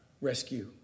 rescue